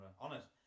Honest